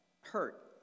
hurt